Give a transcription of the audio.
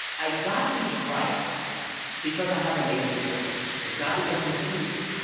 i got these right because i have amazing sources. it's not because i'm a genius.